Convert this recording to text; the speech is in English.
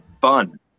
fun